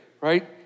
Right